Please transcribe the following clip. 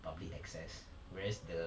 public access whereas the